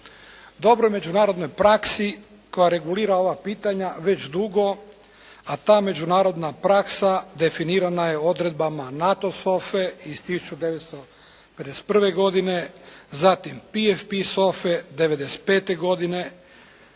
Dobroj međunarodnoj praksi koja regulira ova pitanja već dugo, a ta međunarodna praksa definirana je odredbama NATO SOF-e iz 1951. godine, zatim PFP SOF-e '95. godine.